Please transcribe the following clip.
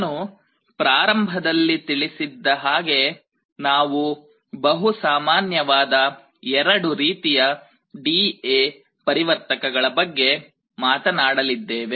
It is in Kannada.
ನಾನು ಪ್ರಾರಂಭದಲ್ಲಿ ತಿಳಿಸಿದ್ದ ಹಾಗೆ ನಾವು ಬಹು ಸಾಮಾನ್ಯವಾದ ಎರಡು ರೀತಿಯ ಡಿಎ ಪರಿವರ್ತಕಗಳDA converter ಬಗ್ಗೆ ಮಾತನಾಡಲಿದ್ದೇವೆ